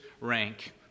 rank